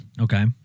Okay